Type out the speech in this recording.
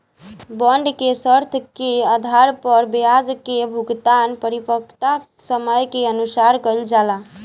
bond के शर्त के आधार पर ब्याज के भुगतान परिपक्वता समय के अनुसार कईल जाला